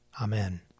Amen